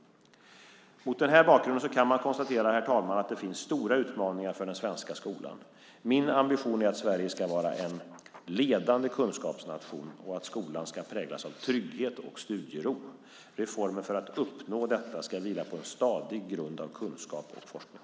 Mot den här bakgrunden kan man konstatera att det finns stora utmaningar för svensk skola. Min ambition är att Sverige ska vara en ledande kunskapsnation och att skolan ska präglas av trygghet och studiero. Reformer för att uppnå detta ska vila på en stadig grund av kunskap och forskning.